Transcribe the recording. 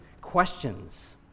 questions